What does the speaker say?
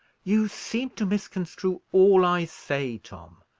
you seem to misconstrue all i say, tom.